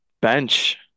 Bench